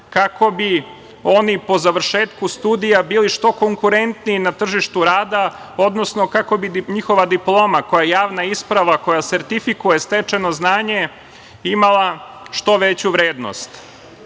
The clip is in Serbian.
kako bi oni po završetku studija bili što konkurentniji na tržištu rada, odnosno kako bi njihova diploma koja je javna isprava, koja sertifikuje stečeno znanje, imala što veću vrednost.I